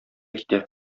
китә